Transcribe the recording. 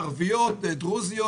ערביות דרוזיות,